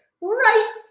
right